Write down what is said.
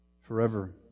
forever